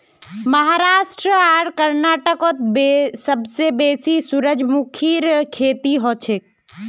महाराष्ट्र आर कर्नाटकत सबसे बेसी सूरजमुखीर खेती हछेक